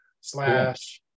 slash